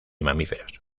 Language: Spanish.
mamíferos